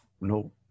no